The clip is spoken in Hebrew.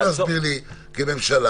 אתם צריכים להסביר לי, כממשלה,